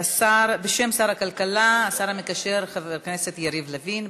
בשם שר הכלכלה, השר המקשר חבר הכנסת יריב לוין.